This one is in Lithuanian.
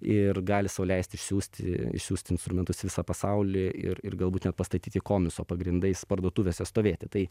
ir gali sau leisti išsiųsti išsiųsti instrumentus visą pasaulį ir ir galbūt net pastatyti komiso pagrindais parduotuvėse stovėti tai